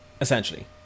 essentially